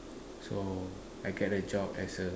so I get a job as a